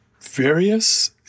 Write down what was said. various